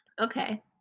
Okay